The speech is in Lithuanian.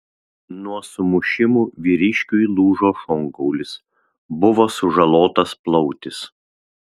nuo sumušimų vyriškiui lūžo šonkaulis buvo sužalotas plautis